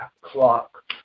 clock